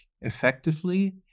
effectively